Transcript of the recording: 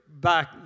back